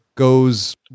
Goes